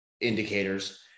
indicators